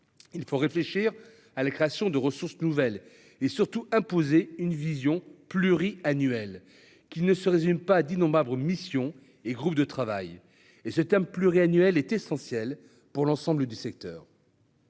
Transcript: il faut réfléchir à la création de ressources nouvelles et surtout imposer une vision pluri-annuel qui ne se résume pas à dit non Havre mission et groupes de travail et ce thème pluriannuel est essentielle pour l'ensemble du secteur.